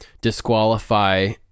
disqualify